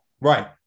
Right